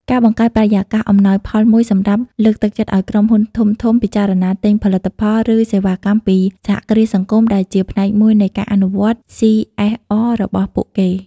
ការបង្កើតបរិយាកាសអំណោយផលមួយសម្រាប់លើកទឹកចិត្តឱ្យក្រុមហ៊ុនធំៗ ពិចារណាទិញផលិតផល ឬសេវាកម្មពីសហគ្រាសសង្គមដែលជាផ្នែកមួយនៃការអនុវត្ត សុី អេស អរ របស់ពួកគេ ។